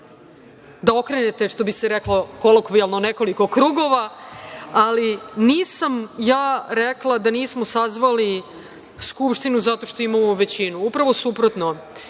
da okrenete, što bi se reklo, kolokvijalno, nekoliko krugova, ali nisam ja rekla da nismo sazvali Skupštinu zato što imamo većinu. Upravo suprotno.